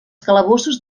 calabossos